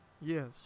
Yes